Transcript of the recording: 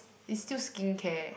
is still skincare